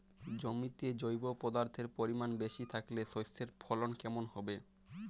জমিতে জৈব পদার্থের পরিমাণ বেশি থাকলে শস্যর ফলন কেমন হবে?